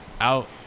out